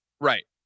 Right